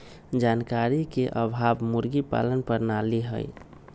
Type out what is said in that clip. जानकारी के अभाव मुर्गी पालन प्रणाली हई